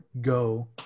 go